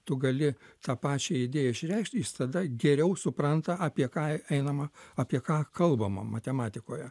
tu gali tą pačią idėją išreikšt jis tada geriau supranta apie ką einama apie ką kalbama matematikoje